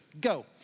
Go